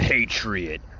Patriot